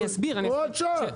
הוראת שעה.